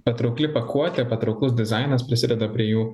patraukli pakuotė patrauklus dizainas prisideda prie jų